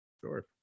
Sure